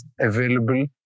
available